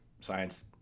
science